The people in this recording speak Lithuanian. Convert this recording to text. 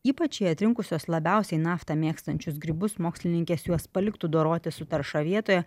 ypač jei atrinkusios labiausiai naftą mėgstančius grybus mokslininkės juos paliktų dorotis su tarša vietoje